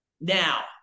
now